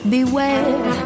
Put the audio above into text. Beware